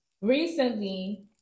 Recently